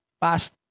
past